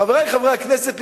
חברי חברי הכנסת,